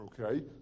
okay